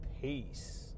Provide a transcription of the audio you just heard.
Peace